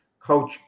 Coach